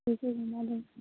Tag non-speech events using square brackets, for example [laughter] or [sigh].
[unintelligible]